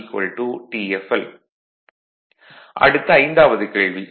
அடுத்து ஐந்தாவது கேள்வி